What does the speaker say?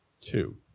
Two